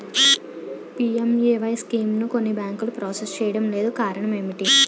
PMAY స్కీమును కొన్ని బ్యాంకులు ప్రాసెస్ చేయడం లేదు కారణం ఏమిటి?